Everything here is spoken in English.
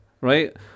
right